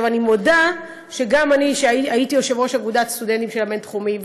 אני מודה שגם כשאני הייתי יושבת-ראש אגודת הסטודנטים של הבינתחומי,